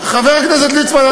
חבר הכנסת ליצמן,